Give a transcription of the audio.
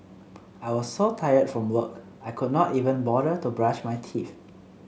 I was so tired from work I could not even bother to brush my teeth